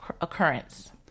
occurrence